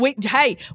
hey